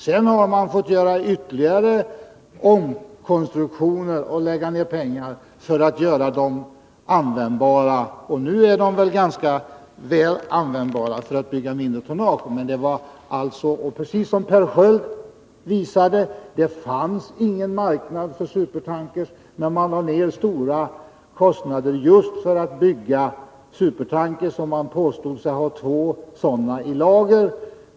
Senare har man fått lägga ned pengar på omkonstruktioner för att göra dem användbara, och nu är de ganska väl avpassade för byggande av mindre tonnage. Det fanns, precis som Per Sköld visade, ingen marknad för supertankrar när Uddevallavarvet lade ned stora summor för att bygga just sådana. Varvet påstod sig ha två order på supertankers i lager.